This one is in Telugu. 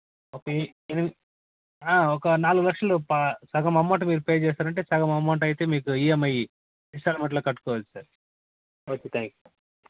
ఒక నాలుగు లక్షలు ప సగం అమౌంట్ మీరు పే చేస్తామంటే సగం అమౌంట్ అయితే మీకు ఇఎమ్ఐ ఇన్స్టాల్మెంట్లో కట్టుకోవచ్చు sir okay thank you sir